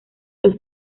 los